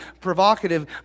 provocative